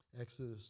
Exodus